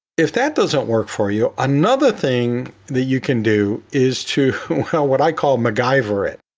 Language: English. if that doesn't work for you, another thing that you can do is to what i call macgyver it.